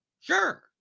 Sure